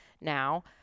now –